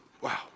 Wow